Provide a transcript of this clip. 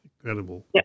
Incredible